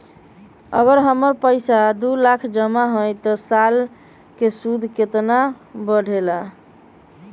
अगर हमर पैसा दो लाख जमा है त साल के सूद केतना बढेला?